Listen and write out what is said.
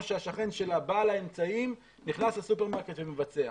שהשכן שלה בעל האמצעים נכנס לסופרמרקט ומבצע.